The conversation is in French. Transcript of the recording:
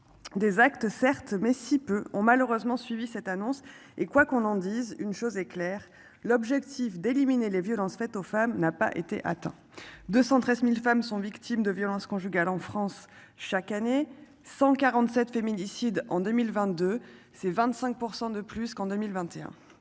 Des actes certes mais si peut-on malheureusement suivi cette annonce et quoi qu'on en dise, une chose est claire, l'objectif d'éliminer les violences faites aux femmes n'a pas été atteint, 213.000 femmes sont victimes de violences conjugales en France chaque année 147 féminicides en 2022. C'est 25% de plus qu'en 2021.